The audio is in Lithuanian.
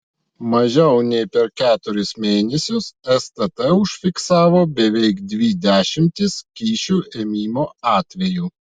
mažiau nei per keturis mėnesius stt užfiksavo beveik dvi dešimtis kyšių ėmimo atvejų